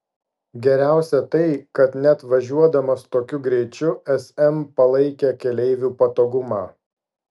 geriausia tai kad net važiuodamas tokiu greičiu sm palaikė keleivių patogumą